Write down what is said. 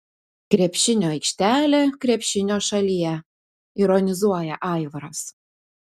krepšinio aikštelė krepšinio šalyje ironizuoja aivaras